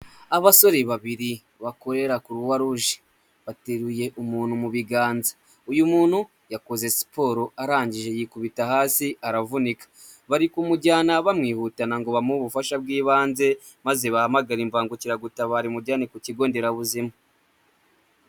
Abasore babiri bakorera Kuruwa-ruje (croix rouge) bateruye umuntu mu biganza. Uyu muntu yakoze siporo arangije yikubita hasi aravunika. Bari kumujyana bamwihutana ngo bamuhe ubufasha bw'ibanze, maze bahamagare imbangukiragutabara imujyane ku kigo nderabuzima.